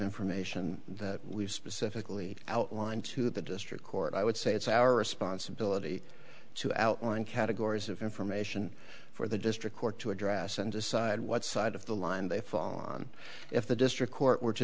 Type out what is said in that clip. information that we've specifically outlined to the district court i would say it's our responsibility to outline categories of information for the district court to address and decide what side of the line they fall on if the district court were to